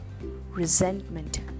resentment